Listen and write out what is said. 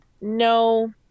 no